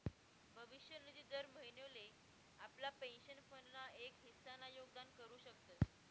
भविष्य निधी दर महिनोले आपला पेंशन फंड ना एक हिस्सा ना योगदान करू शकतस